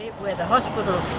where the hospital